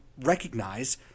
recognize –